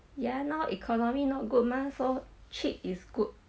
ya now economy not good mah so cheap is good